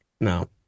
No